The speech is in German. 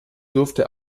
durfte